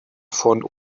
von